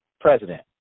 President